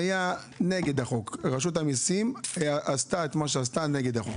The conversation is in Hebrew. היה נגד החוק; רשות המסים עשתה את מה שהיא עשתה נגד החוק.